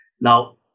Now